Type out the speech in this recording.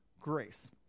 grace